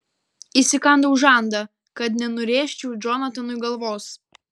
įsikandau žandą kad nenurėžčiau džonatanui galvos